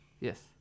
Yes